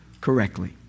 correctly